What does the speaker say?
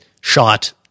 shot